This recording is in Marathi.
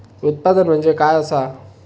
उत्पादन म्हणजे काय असा?